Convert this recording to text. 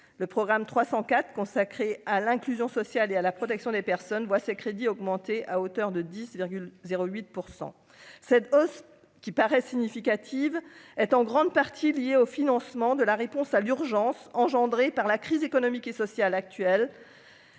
le programme 300 quatre consacré à l'inclusion sociale et à la protection des personnes, voit ses crédits augmenter à hauteur de 10 08 % cette hausse qui paraissent significatives est en grande partie liée au financement de la réponse à l'urgence engendrées par la crise économique et sociale actuelle